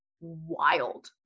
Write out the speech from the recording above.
wild